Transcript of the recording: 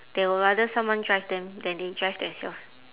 they will rather someone drive them than they drive themselves